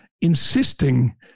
insisting